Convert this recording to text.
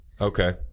Okay